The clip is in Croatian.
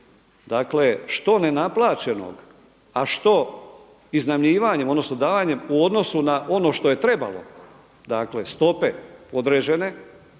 dakle što nenaplaćenog a što iznajmljivanjem odnosno davanjem u odnosu na ono što je trebalo dakle stope određene,